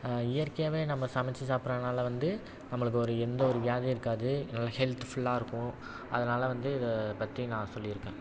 இயற்கையாகவே நம்ம சமைச்சி சாப்பிடுறனால வந்து நம்மளுக்கு ஒரு எந்த ஒரு வியாதியும் இருக்காது நல்ல ஹெல்த் ஃபுல்லாக இருக்கும் அதனால் வந்து இதை பற்றி நான் சொல்லி இருக்கேன்